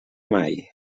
mai